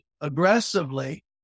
aggressively